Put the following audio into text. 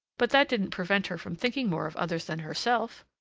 but that didn't prevent her from thinking more of others than herself!